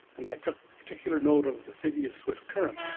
and i took particular note of the city of swift current